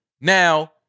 Now